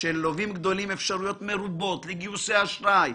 לא ייתכן שללווים גדולים יש אפשרויות מרובות לגיוסי אשראי,